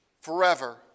forever